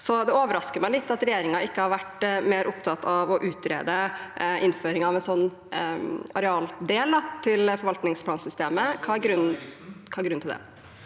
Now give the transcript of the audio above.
Det overrasker meg litt at regjeringen ikke har vært mer opptatt av å utrede innføring av en slik arealdel i forvaltningsplansystemet. Hva er grunnen til det?